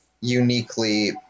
uniquely